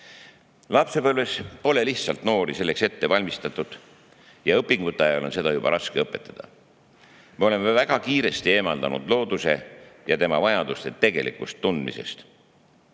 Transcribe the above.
Lapsepõlves pole lihtsalt noori selleks ette valmistatud ja õpingute ajal on seda juba raske õpetada. Me oleme väga kiiresti eemaldunud looduse ja tema vajaduste tegelikust tundmisest.